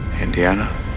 Indiana